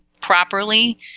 properly